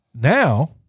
Now